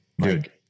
dude